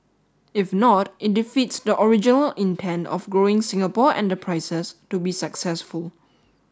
if not it defeats the original intent of growing Singapore enterprises to be successful